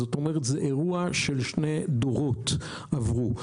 כלומר זה אירוע של שני דורות שעברו.